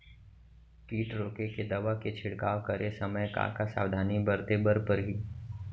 किट रोके के दवा के छिड़काव करे समय, का का सावधानी बरते बर परही?